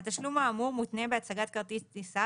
התשלום אמור מותנה בהצגת כרטיס טיסה